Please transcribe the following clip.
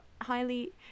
highly